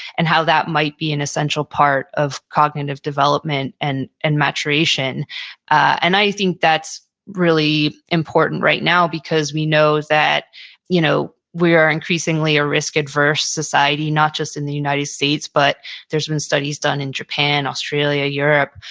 and how that might be an essential part of cognitive development and and maturation and i think that's really important right now because we know that you know we're increasingly a risk adverse society. not just in the united states, but there's been studies done in japan, australia, europe,